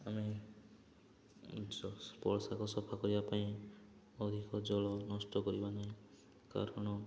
ଆମେ ସଫା କରିବା ପାଇଁ ଅଧିକ ଜଳ ନଷ୍ଟ କରିବା ନାହିଁ କାରଣ